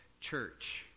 church